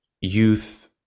youth